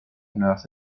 nuevas